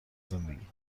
زندگی